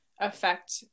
affect